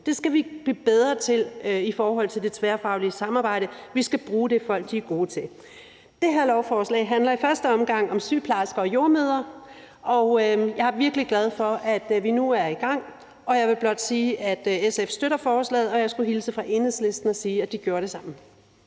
Det skal vi blive bedre til i forhold til det tværfaglige samarbejde. Vi skal bruge det, folk er gode til. Det her lovforslag handler i første omgang om sygeplejersker og jordemødre, og jeg er virkelig glad for, at vi nu er i gang, og jeg vil blot sige, at SF støtter forslaget, og at jeg skulle hilse fra Enhedslisten og sige, at de gør det samme.